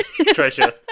treasure